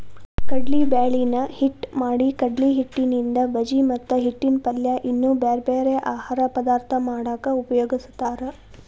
ಕಡ್ಲಿಬ್ಯಾಳಿನ ಹಿಟ್ಟ್ ಮಾಡಿಕಡ್ಲಿಹಿಟ್ಟಿನಿಂದ ಬಜಿ ಮತ್ತ ಹಿಟ್ಟಿನ ಪಲ್ಯ ಇನ್ನೂ ಬ್ಯಾರ್ಬ್ಯಾರೇ ಆಹಾರ ಪದಾರ್ಥ ಮಾಡಾಕ ಉಪಯೋಗಸ್ತಾರ